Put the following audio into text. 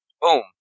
boom